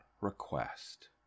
request